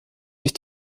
sich